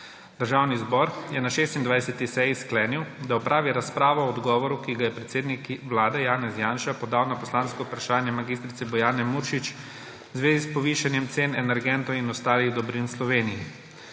Državni zbor je na 26. seji sklenil, da opravi razpravo o odgovoru, ki ga je predsednik Vlade Janez Janša podal na poslansko vprašanje mag. Bojane Muršič v zvezi s povišanjem cen energentov in ostalih dobrin v Sloveniji.